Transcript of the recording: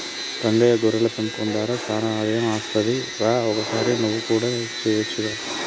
రంగయ్య గొర్రెల పెంపకం దార సానా ఆదాయం అస్తది రా ఒకసారి నువ్వు కూడా సెయొచ్చుగా